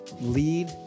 Lead